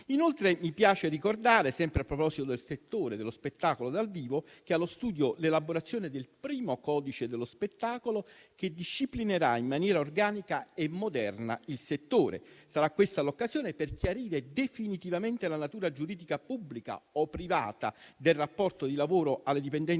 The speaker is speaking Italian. Inoltre, mi piace ricordare, sempre a proposito del settore dello spettacolo dal vivo, che è allo studio l'elaborazione del primo codice dello spettacolo, che disciplinerà in maniera organica e moderna il settore. Sarà questa l'occasione per chiarire definitivamente la natura giuridica, pubblica o privata, del rapporto di lavoro alle dipendenze